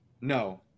No